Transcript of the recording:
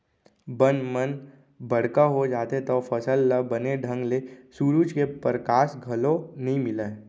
बन मन बड़का हो जाथें तव फसल ल बने ढंग ले सुरूज के परकास घलौ नइ मिलय